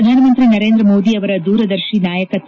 ಪ್ರಧಾನ ಮಂತ್ರಿ ನರೇಂದ್ರ ಮೋದಿ ಅವರ ದೂರದರ್ತಿ ನಾಯಕತ್ತ